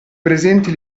presenti